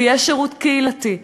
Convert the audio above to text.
ויש שירות קהילתי,